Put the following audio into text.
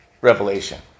Revelation